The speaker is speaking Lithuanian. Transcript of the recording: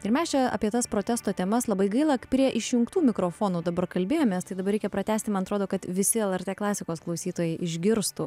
ir mes čia apie tas protesto temas labai gaila prie išjungtų mikrofonų dabar kalbėjomės tai dabar reikia pratęsti man atrodo kad visi lrt klasikos klausytojai išgirstų